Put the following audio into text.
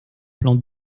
plan